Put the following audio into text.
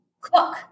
cook